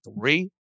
three